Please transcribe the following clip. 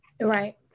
Right